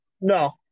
No